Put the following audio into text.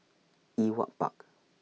Ewart Park